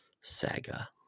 saga